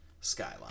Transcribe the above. skyline